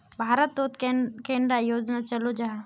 भारत तोत कैडा योजना चलो जाहा?